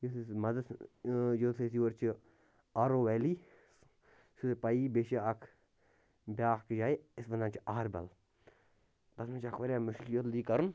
یۄس أسۍ مَزَس ٲں یۄس أسۍ یور چھِ آرو ویلی چھُو تۄہہِ پَیی بیٚیہِ چھِ اَکھ بیٛاکھ تہِ جاے یَتھ وَنان چھِ اہربَل تَتھ منٛز چھِ اَکھ مشکل یہِ کَرُن